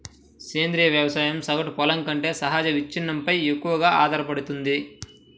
సేంద్రీయ వ్యవసాయం సగటు పొలం కంటే సహజ విచ్ఛిన్నంపై ఎక్కువగా ఆధారపడుతుంది